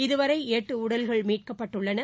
இதுவரைஎட்டுஉடல்கள் மீட்கப்பட்டுள்ளன